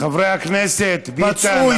חברי הכנסת ביטן,